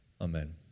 amen